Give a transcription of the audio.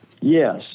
Yes